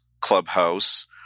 clubhouse